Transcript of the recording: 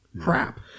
crap